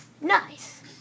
Nice